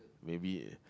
maybe